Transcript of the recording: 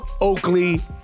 Oakley